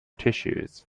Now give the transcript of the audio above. tissues